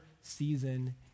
season